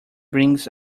brings